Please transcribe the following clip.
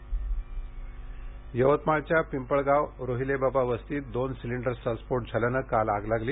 यवतमाळ आग यवतमाळच्या पिंपळगावच्या रोहिलेबाबा वस्तीत दोन सिलिंडर्सचा स्फोट झाल्याने काल आग लागली